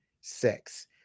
sex